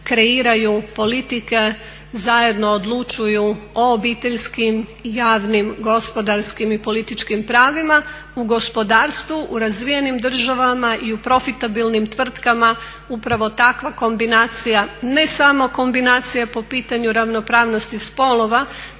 kreiraju politike, zajedno odlučuju o obiteljskim, javnim, gospodarskim i političkim pravima. U gospodarstvu u razvijenim državama i u profitabilnim tvrtkama upravo takva kombinacija, ne samo kombinacija po pitanju ravnopravnosti spolova